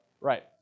Right